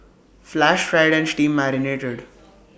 flash fried and steam marinated